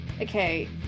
Okay